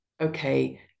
okay